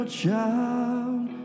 child